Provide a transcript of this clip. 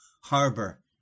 harbor